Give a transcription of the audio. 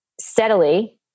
steadily